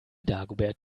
dagobert